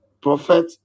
Prophet